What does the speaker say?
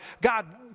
God